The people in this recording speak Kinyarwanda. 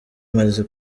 maze